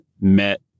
met